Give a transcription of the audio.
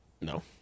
No